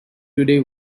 today